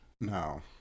No